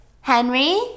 Henry